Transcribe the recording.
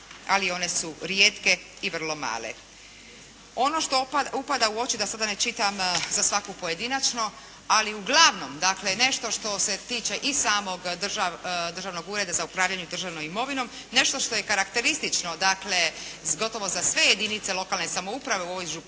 ali one su rijetke i vrlo male. Ono što upada u oči da sada ne čitam za svaku pojedinačno ali uglavnom dakle nešto što se tiče i samog Državnog ureda za upravljanje državnom imovinom nešto što je karakteristično dakle gotovo za sve jedinice lokalne samouprave u ovoj